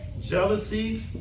Jealousy